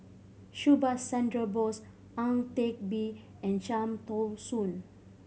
Subhas Chandra Bose Ang Teck Bee and Cham Tao Soon